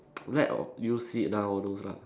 let you sit down all those lah